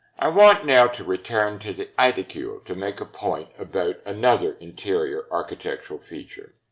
i want now to return to the aedicule, to make a point about another interior architectural feature.